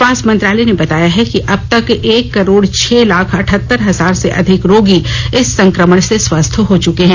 स्वास्थ्य मंत्रालय ने बताया है कि अब तक एक करोड छह लाख अठहत्तर हजार से अधिक रोगी इस संक्रमण से स्वस्थ हो चुके हैं